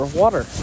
water